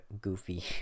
goofy